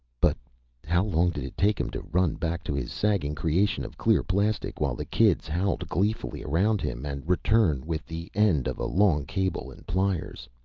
but how long did it take him to run back to his sagging creation of clear plastic, while the kids howled gleefully around him, and return with the end of a long cable, and pliers?